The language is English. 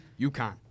UConn